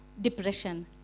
depression